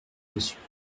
monsieur